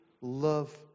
love